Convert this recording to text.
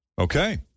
Okay